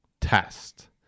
Test